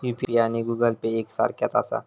UPI आणि Google Pay एक सारख्याच आसा?